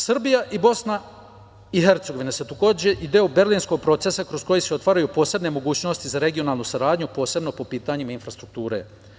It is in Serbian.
Srbija i Bosna i Hercegovina su takođe i deo Berlinskog procesa, kroz koji se otvaraju posebne mogućnosti za regionalnu saradnju, posebno po pitanjima infrastrukture.